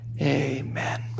amen